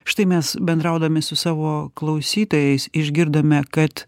štai mes bendraudami su savo klausytojais išgirdome kad